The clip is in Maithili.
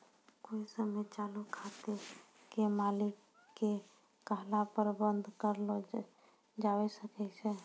कोइ समय चालू खाते के मालिक के कहला पर बन्द कर लो जावै सकै छै